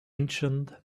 ancient